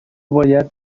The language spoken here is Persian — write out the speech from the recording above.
باید